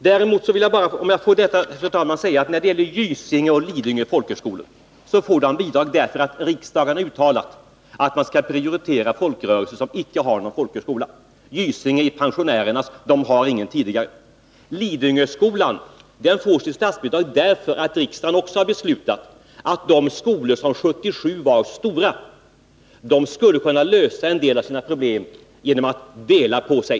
Gysinge kursgård och Karlskoga folkhögskolas verksamhet på Lidingö får statsbidrag därför att riksdagen har uttalat att man skall prioritera folkrörelser som inte har någon folkhögskola. Gysinge är pensionärernas folkhögskola, och de har ingen tidigare. Lidingöskolan får statsbidrag därför att riksdagen också har beslutat att de skolor som 1977 var stora skulle kunna lösa en del av sina problem genom att dela på sig.